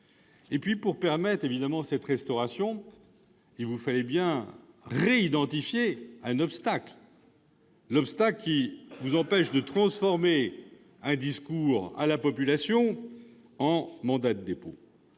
Pour permettre cette restauration, il vous fallait bien réidentifier un obstacle, l'obstacle qui vous empêche de transformer un discours à la population en un mandat de dépôt.